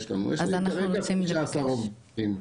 יש לי מבחינת כמות העובדים.